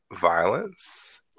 violence